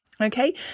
okay